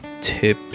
tip